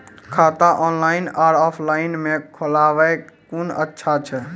खाता ऑनलाइन और ऑफलाइन म खोलवाय कुन अच्छा छै?